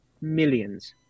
millions